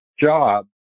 job